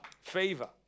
Favor